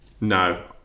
No